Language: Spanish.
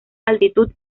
altitud